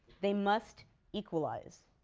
they must equalize.